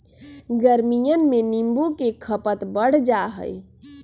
गर्मियन में नींबू के खपत बढ़ जाहई